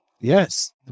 yes